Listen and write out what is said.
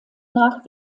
nach